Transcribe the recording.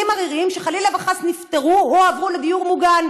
עריריים שחלילה וחס נפטרו או עברו לדיור מוגן.